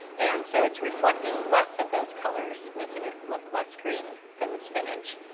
and so it's reflecting less of those colors, making it look less green than the spinach.